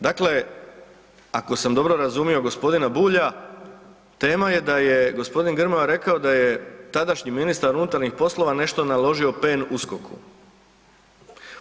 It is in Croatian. Dakle, ako sam dobro razumio gospodina Bulja, tema je da je gospodin Grmoja rekao da je tadašnji ministar unutarnjih poslova nešto naložio PNUSKOK-u.